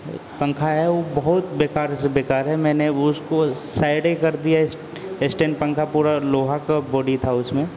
एक पंखा है ऊ बहुत बेकार से बेकार है मैंने वो उसको साइड य कर दिया इस्टैंड पंखा पूरा लोहा का बॉडी था उसमें